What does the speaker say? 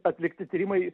atlikti tyrimai